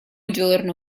giorno